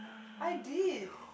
I did